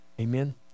Amen